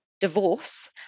divorce